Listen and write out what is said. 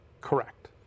Correct